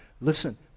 Listen